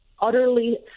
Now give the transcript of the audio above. utterly